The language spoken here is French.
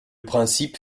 principe